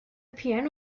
piano